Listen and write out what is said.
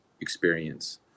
experience